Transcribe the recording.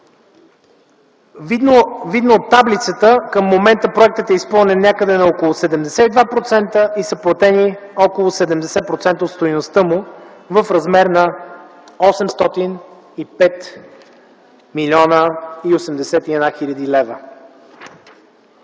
Видно от таблицата, към момента проектът е изпълнен някъде на около 72% и са платени около 70% от стойността му в размер на 805 млн. 81 хил. лв.